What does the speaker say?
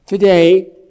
Today